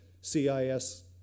CIS